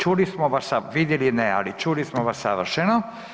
Čuli smo vas, a vidjeli ne, ali čuli smo vas savršeno.